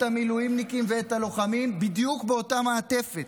המילואימניקים ואת הלוחמים בדיוק באותה מעטפת.